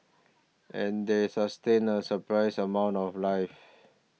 and they sustain a surprising amount of life